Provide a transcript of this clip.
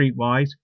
streetwise